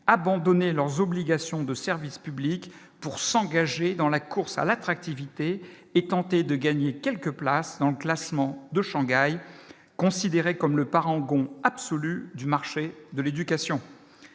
abandonné leurs obligations de service public pour s'engager dans la course à l'attractivité et tenter de gagner quelques places dans le classement de Shangai, considéré comme le parangon absolu du marché de l'éducation